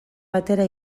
batera